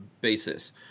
basis